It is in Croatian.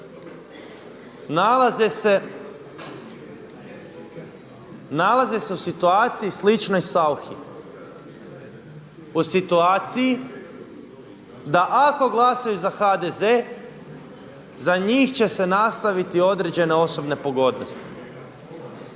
nalaze se u situaciji sličnoj Sauchi. U situaciji da ako glasaju za HDZ za njih će se nastaviti određene osobne pogodnosti.